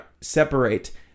separate